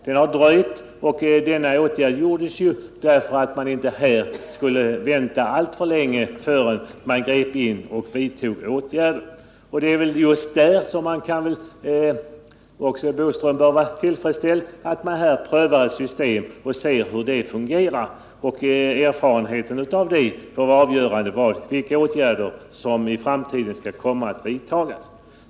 Det dröjde innan utredningen kom med sitt förslag, och för att man inte skulle behöva vänta alltför länge så ingrep regeringen och vidtog dessa åtgärder. Just på denna punkt bör Curt Boström vara tillfredsställd med att man prövar ett system och ser hur det fungerar. Erfarenheten av det får avgöra vilka åtgärder som i framtiden skall vidtas.